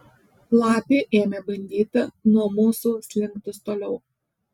lapė ėmė bandyti nuo mūsų slinktis toliau